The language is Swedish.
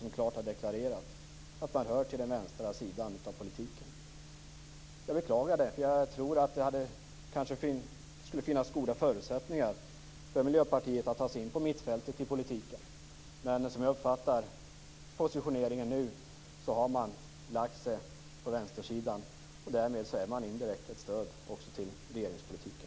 Den har klart deklarerat att man hör till den vänstra sidan av politiken. Jag beklagar det, för jag tror att det kanske hade kunnat finnas goda förutsättningar för Miljöpartiet att ta sig in på mittfältet i politiken. Men som jag uppfattar positioneringen nu har man lagt sig på vänstersidan. Därmed utgör man indirekt ett stöd också till regeringspolitiken.